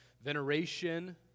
veneration